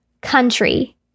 country